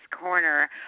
Corner